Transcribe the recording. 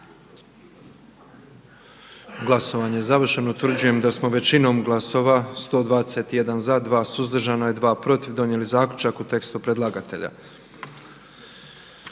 Glasovanje je završeno. Utvrđujem da je većinom glasova 66 za, 15 suzdržanih i 25 protiv donijeta odluka kako ju je predložilo